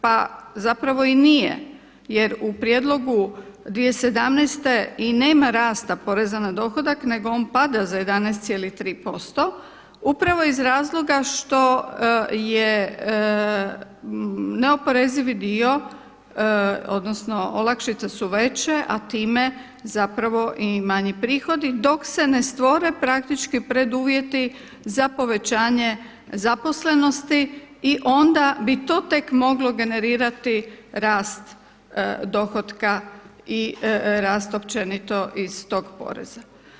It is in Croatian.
Pa zapravo i nije jer u prijedlogu 2017. godine i nema rasta poreza na dohodak nego on pada za 11,3 posto upravo iz razloga što je neoporezivi dio odnosno olakšice su veće, a time zapravo i manji prihodi, dok se ne stvore praktički preduvjeti za povećanje zaposlenosti i onda bi to tek moglo generirati rast dohotka i rast općenito iz tog poreza.